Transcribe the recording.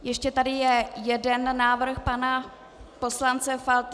Ještě tady je jeden návrh pana poslance Faltýnka.